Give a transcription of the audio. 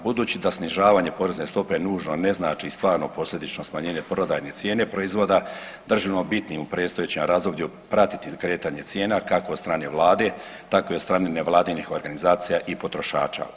Budući da snižavanje porezne stope nužno ne znači i stvarno posljedično smanjenje prodajne cijene proizvoda držimo bitnim u predstojećem razdoblju pratiti kretanje cijena kako od strane vlade tako i od strane nevladinih organizacija i potrošača.